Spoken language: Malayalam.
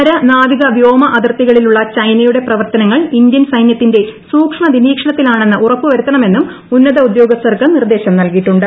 കര്യ് നാവിക്ക വ്യോമ അതിർത്തികളിലുള്ള ചൈനയുടെ പ്രവർത്തനങ്ങൾ ് ഇന്ത്യൻ സൈനൃത്തിന്റെ സൂക്ഷ്മ നിരീക്ഷണത്തിലാണെന്നീട് ് ഉറപ്പു വരുത്തണമെന്നും ഉന്നത ഉദ്യോഗസ്ഥർക്ക് നിർദ്ദേശം നൽകിയിട്ടുണ്ട്